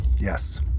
Yes